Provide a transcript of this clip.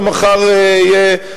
ומחר יהיה,